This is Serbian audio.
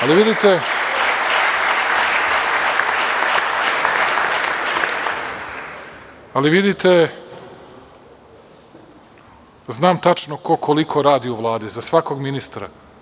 Ali, vidite, znam tačno ko koliko radi u Vladi, za svakog ministra.